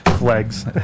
Legs